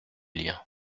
liens